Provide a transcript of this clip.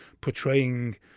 portraying